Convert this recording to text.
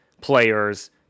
players